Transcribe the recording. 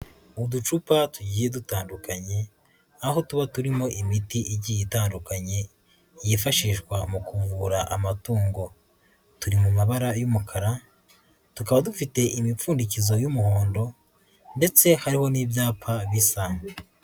Uducupa tugiye dutandukanye aho tuba turimo imiti igiye itandukanye yifashishwa mu kuvura amatungo, turi mu mabara y'umukara tukaba dufite imipfundikizo y'umuhondo ndetse hariho n'ibyapa bisa.